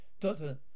Doctor